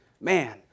man